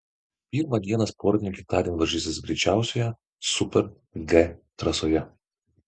pirmą dieną sportininkai tądien varžysis greičiausioje super g trasoje